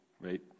right